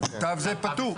התו הוא פטור.